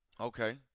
Okay